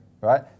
right